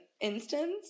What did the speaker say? instance